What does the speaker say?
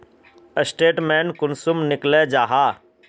Statement कुंसम निकले जाहा?